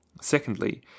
Secondly